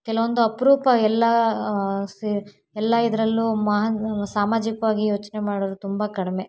ಕೆಲವೊಂದು ಅಪರೂಪ ಎಲ್ಲ ಎಲ್ಲ ಇದರಲ್ಲೂ ಮಹಾನ್ ಸಾಮಾಜಿಕವಾಗಿ ಯೋಚನೆ ಮಾಡೋವ್ರು ತುಂಬ ಕಡಿಮೆ